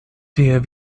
der